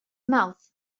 mouth